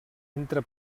entre